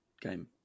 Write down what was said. game